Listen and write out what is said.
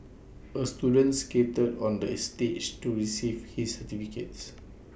A student skated on the A stage to receive his certificates